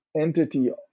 entity